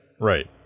Right